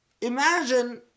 Imagine